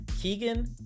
Keegan